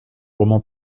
romans